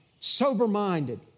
Sober-minded